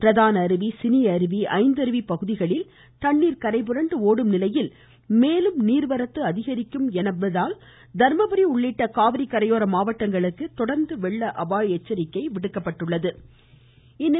பிரதான அருவி சினி அருவி ஐந்தருவி பகுதிகளிலும் தண்ணீர் கரைபுரண்டு ஒடும் நிலையில் மேலும் நீர்வரத்து அதிகரிக்கும் என்பதால் தர்மபுரி உள்ளிட்ட காவிரி கரையோர மாவட்டங்களுக்கு வெள்ள அபாய எச்சரிக்கை தொடர்கிறது